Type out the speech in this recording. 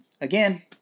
again